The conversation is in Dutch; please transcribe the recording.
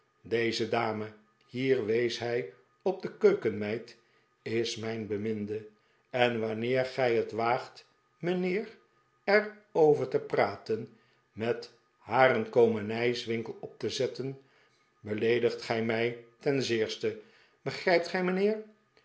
deze dame hier wees hij op de keukenmeid is mijn beminde en wanneer gij het waagt mijnheer er over te praten met haar een komenijswinkel op te zetten beleedigt gij mij ten zeerste begrijpt gij mijnheer